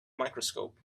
microscope